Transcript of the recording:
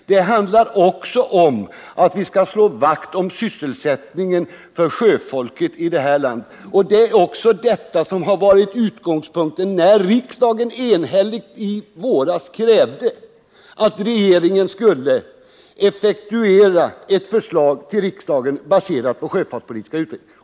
Det handlar också om att vi skall slå vakt om sysselsättningen för sjöfolket i vårt land. Detta var även utgångspunkten när riksdagen i våras enhälligt krävde att regeringen skulle effektuera ett förslag till riksdagen, baserat på sjöfartspolitiska utredningen.